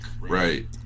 Right